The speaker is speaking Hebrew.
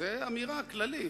זו אמירה כללית.